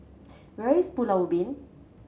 where is Pulau Ubin